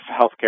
healthcare